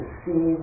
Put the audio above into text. see